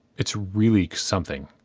it's really something.